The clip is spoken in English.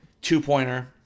two-pointer